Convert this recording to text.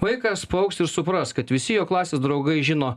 vaikas paaugs ir supras kad visi jo klasės draugai žino